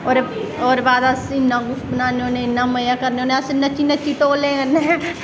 ओह्दे बाद अस इन्ना कुछ बनान्ने होन्ने इन्ना मज़ा करने होन्ने नच्ची नच्ची ढोलै कन्नै